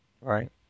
Right